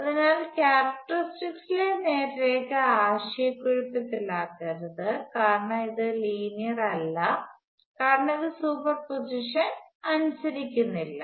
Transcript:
അതിനാൽ ക്യാരക്ടറിസ്റ്റിക്സിലെ നേർരേഖ ആശയക്കുഴപ്പത്തിലാക്കരുത് കാരണം ഇത് ലീനിയർ അല്ല കാരണം ഇത് സൂപ്പർപോസിഷൻ അനുസരിക്കുന്നില്ല